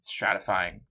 stratifying